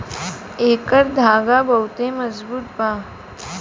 एकर धागा बहुते मजबूत बा